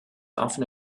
often